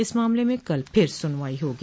इस मामले म कल फिर सुनवाई होगी